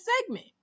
segment